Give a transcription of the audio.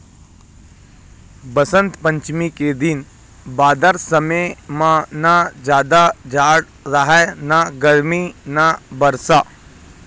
बसंत पंचमी के दिन बादर समे म न जादा जाड़ राहय न गरमी न बरसा